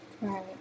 right